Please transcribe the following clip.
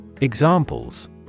Examples